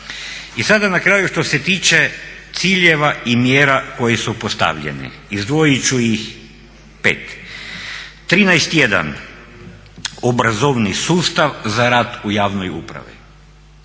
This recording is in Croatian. I sada na kraju što se tiče ciljeva i mjera koje su postavljene, izdvojit ću ih pet. 13-1 obrazovni sustav za rad u javnoj upravi.